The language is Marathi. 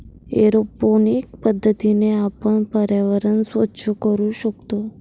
एरोपोनिक पद्धतीने आपण पर्यावरण स्वच्छ करू शकतो